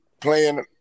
playing